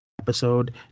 episode